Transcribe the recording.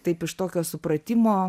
taip iš tokio supratimo